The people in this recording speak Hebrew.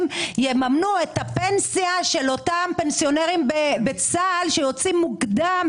יממנו את הפנסיה של אותם פנסיונרים בצה"ל שיוצאים מוקדם.